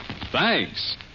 Thanks